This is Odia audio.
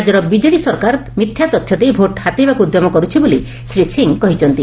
ରାକ୍ୟର ବିଜେଡ଼ି ସରକାର ମିଥ୍ୟା ତଥ୍ୟ ଦେଇ ଭୋଟ୍ ହାତେଇବାକୁ ଉଦ୍ୟମ କରୁଛି ବୋଲି ଶ୍ରୀ ସିଂ କହିଛନ୍ତି